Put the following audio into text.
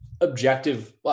objective